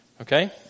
Okay